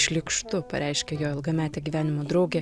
šlykštu pareiškia jo ilgametė gyvenimo draugė